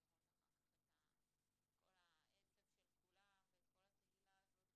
לראות אחר כך את כל העצב של כולם ואת כל ה"תהילה" הזאת